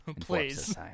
Please